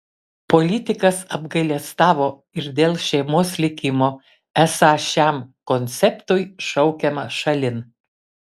politikas apgailestavo ir dėl šeimos likimo esą šiam konceptui šaukiama šalin